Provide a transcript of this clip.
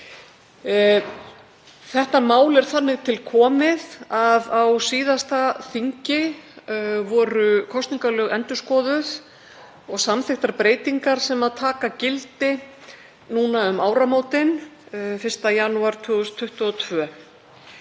Þetta mál er þannig til komið að á síðasta þingi voru kosningalög endurskoðuð og samþykktar breytingar sem taka gildi núna um áramótin, 1. janúar 2022.